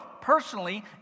personally